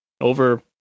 over